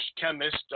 chemist